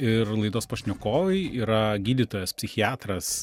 ir laidos pašnekovai yra gydytojas psichiatras